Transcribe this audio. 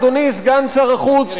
אדוני סגן שר החוץ,